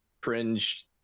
cringe